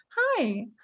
hi